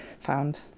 found